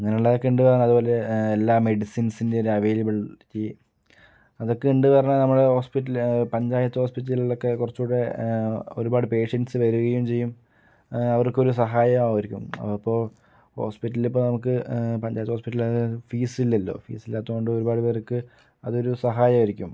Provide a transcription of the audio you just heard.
അങ്ങനുള്ളതൊക്കെ ഉണ്ട് അതുപോലെ എല്ലാ മെഡിസിൻസിൻ്റെ ഒരു അവൈലബിളിറ്റി അതക്കെ ഉണ്ട് പറഞ്ഞാൽ നമ്മടെ ഹോസ്പിറ്റല് പഞ്ചായത്ത് ഹോസ്പിറ്റലിലൊക്കെ കുറച്ചൂകൂടെ ഒരുപാട് പേഷ്യന്റ്സ് വരുകയും ചെയ്യും അവർക്കൊരു സഹായം ആവുമായിരിക്കും അപ്പോൾ ഹോസ്പിറ്റലിപ്പം നമുക്ക് പഞ്ചായത്ത് ഹോസ്പിറ്റല് അതായത് ഫീസ് ഇല്ലല്ലോ ഫീസ് ഇല്ലാത്തതുകൊണ്ട് ഒരുപാട് പേർക്ക് അതൊരു സഹായമായിരിക്കും